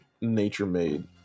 nature-made